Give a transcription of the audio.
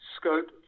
scope